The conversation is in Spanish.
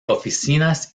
oficinas